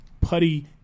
putty